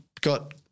got-